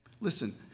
Listen